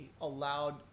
allowed